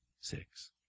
six